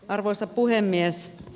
arvoisa puhemies